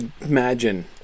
imagine